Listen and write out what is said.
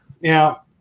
Now